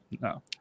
No